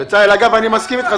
אני מסכים איתך.